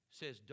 says